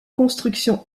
construction